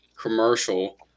commercial